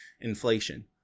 inflation